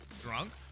Drunk